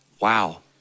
Wow